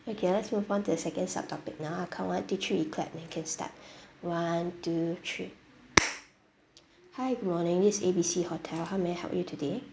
okay let's move on to the second subtopic now I count one two three we clap then can start one two three hi good morning this is A B C hotel how may I help you today